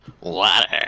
Water